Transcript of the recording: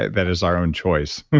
that is our own choice.